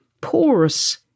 porous